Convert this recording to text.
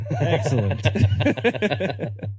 excellent